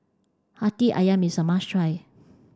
Hati Ayam is a must try